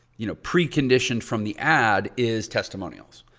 you know, preconditioned from the ad is testimonials.